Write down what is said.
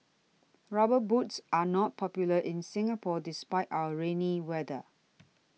rubber boots are not popular in Singapore despite our rainy weather